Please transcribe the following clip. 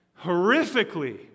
horrifically